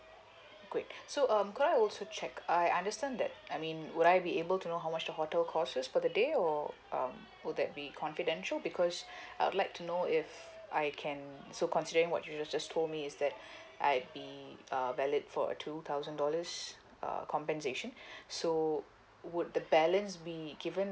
great so um could I also check I understand that I mean would I be able to know how much the hotel cost is for the day or um would that be confidential because I would like to know if I can so considering what you have just told me is that I'll be uh valid for a two thousand dollars uh compensation so would the balance be given